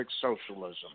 Socialism